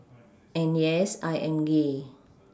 and yes I am gay